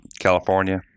California